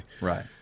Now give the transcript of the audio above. Right